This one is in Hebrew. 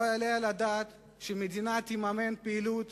לא יעלה על הדעת שהמדינה תממן פעילות